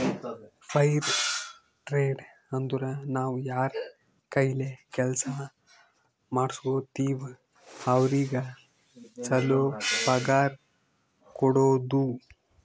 fire trade ಅಂದುರ್ ನಾವ್ ಯಾರ್ ಕೈಲೆ ಕೆಲ್ಸಾ ಮಾಡುಸ್ಗೋತಿವ್ ಅವ್ರಿಗ ಛಲೋ ಪಗಾರ್ ಕೊಡೋದು